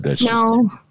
No